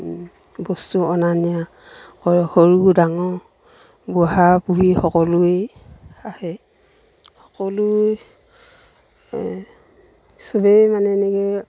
বস্তু অনা নিয়া কৰে সৰু ডাঙৰ বুঢ়া বুঢ়ী সকলোৱেই আহে সকলোৱে চবেই মানে এনেকৈ